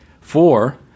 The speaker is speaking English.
Four